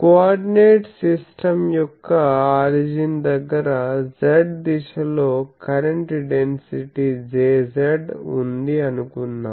coordinate system యొక్క origin దగ్గర z దిశ లో కరెంట్ డెన్సిటీ Jz ఉంది అనుకుందాం